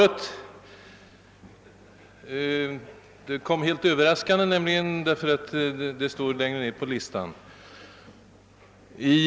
Det kom emellertid helt överraskande, eftersom min fråga till socialministern står längre ned på listan och jag har därför inte läst svaret i förväg.